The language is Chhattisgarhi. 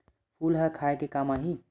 फूल ह खाये के काम आही?